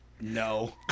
no